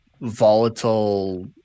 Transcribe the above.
volatile